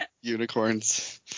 unicorns